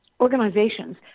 organizations